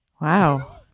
Wow